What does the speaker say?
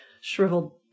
shriveled